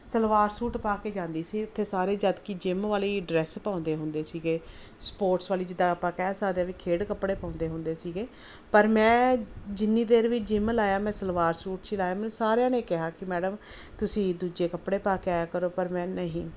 salwar suit ਪਾ ਕੇ ਜਾਂਦੀ ਸੀ ਉੱਥੇ ਸਾਰੇ ਜਦੋਂ ਕਿ ਜਿਮ ਵਾਲੀ ਡਰੈਸ ਪਾਉਂਦੇ ਹੁੰਦੇ ਸੀਗੇ ਸਪੋਰਟਸ ਵਾਲੀ ਜਿੱਦਾਂ ਆਪਾਂ ਕਹਿ ਸਕਦੇ ਹਾਂ ਵੀ ਖੇਡ ਕੱਪੜੇ ਪਾਉਂਦੇ ਹੁੰਦੇ ਸੀਗੇ ਪਰ ਮੈਂ ਜਿੰਨੀ ਦੇਰ ਵੀ ਜਿਮ ਲਾਇਆ ਮੈਂ ਸਲਵਾਰ ਸੂਟ 'ਚ ਹੀ ਲਾਇਆ ਮੈਨੂੰ ਸਾਰਿਆਂ ਨੇ ਕਿਹਾ ਕਿ ਮੈਡਮ ਤੁਸੀਂ ਦੂਜੇ ਕੱਪੜੇ ਪਾ ਕੇ ਆਇਆ ਕਰੋ ਪਰ ਮੈਂ ਨਹੀਂ